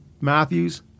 Matthews